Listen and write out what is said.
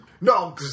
No